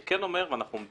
אנחנו חושבים